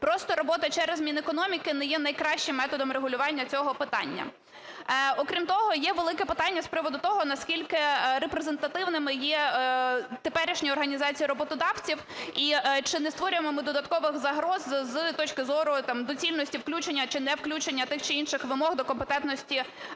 Просто робота через Мінекономіки не є найкращим методом регулювання цього питання. Окрім того, є велике питання з приводу того, наскільки репрезентативними є теперішні організації роботодавців і чи не створюємо ми додаткових загроз з точки зору доцільності включення чи невключення тих чи інших вимог до компетентності